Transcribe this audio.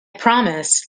promise